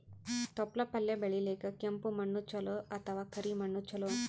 ತೊಪ್ಲಪಲ್ಯ ಬೆಳೆಯಲಿಕ ಕೆಂಪು ಮಣ್ಣು ಚಲೋ ಅಥವ ಕರಿ ಮಣ್ಣು ಚಲೋ?